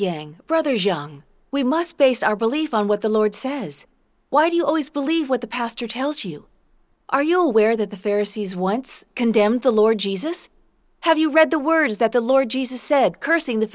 yang brothers young we must base our belief on what the lord says why do you always believe what the pastor tells you are you aware that the fair sea's once condemned the lord jesus have you read the words that the lord jesus said cursing the